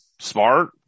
Smart